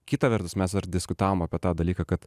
kita vertus mes dar diskutavom apie tą dalyką kad